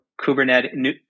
Kubernetes